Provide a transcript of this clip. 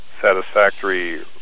satisfactory